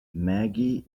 maggie